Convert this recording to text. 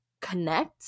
connect